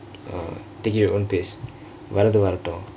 uh take it at your own pace வரது வரட்டும்:varathu varattum